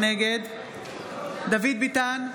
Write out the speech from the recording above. נגד דוד ביטן,